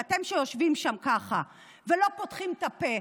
ואתם שיושבים שם ככה ולא פותחים את הפה,